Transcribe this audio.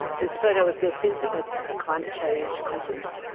there's a photo with bill clinton at a climate change conference.